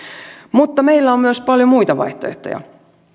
mutta meillä on myös paljon muita vaihtoehtoja